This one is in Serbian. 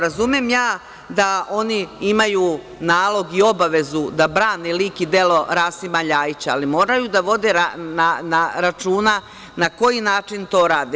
Razumem ja da oni imaju nalog i obavezu da brane lik i delo Rasima LJajića, ali moraju da vode računa na koji način to rade.